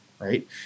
right